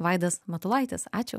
vaidas matulaitis ačiū